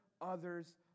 others